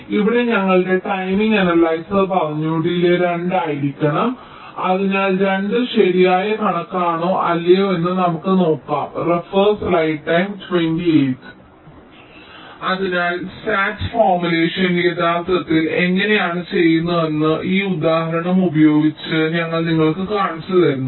അതിനാൽ ഇവിടെ ഞങ്ങളുടെ ടൈമിംഗ് അനലൈസർ പറഞ്ഞു ഡിലേയ് 2 ആയിരിക്കണം അതിനാൽ 2 ശരിയായ കണക്കാണോ അല്ലയോ എന്ന് നമുക്ക് നോക്കാം അതിനാൽ SAT ഫോർമുലേഷൻ യഥാർത്ഥത്തിൽ എങ്ങനെയാണ് ചെയ്യുന്നതെന്ന് ഈ ഉദാഹരണം ഉപയോഗിച്ച് ഞങ്ങൾ നിങ്ങൾക്ക് കാണിച്ചുതരുന്നു